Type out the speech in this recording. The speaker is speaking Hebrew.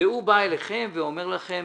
הוא בא אליכם ואומר לכם